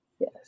Yes